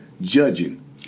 judging